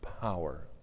power